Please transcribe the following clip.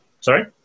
Sorry